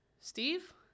Steve